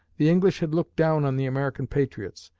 the english had looked down on the american patriots,